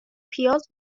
پیاز